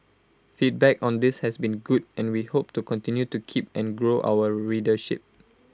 feedback on this has been good and we hope to continue to keep and grow our readership